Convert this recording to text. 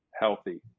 healthy